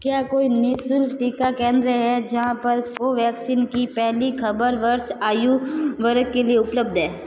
क्या कोई निःशुल्क टीका केंद्र है जहाँ पर कोवैक्सीन की पहली खबर वर्ष आयु वर्ग के लिए उपलब्ध है